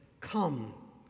come